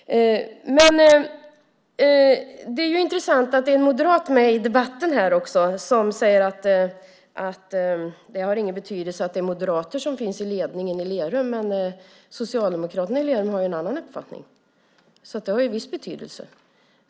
Det är intressant att en moderat också är med i debatten här som säger att det inte har någon betydelse att det är moderater som finns i ledningen i Lerum. Men socialdemokraterna i Lerum har ju en annan uppfattning, så det har visst betydelse.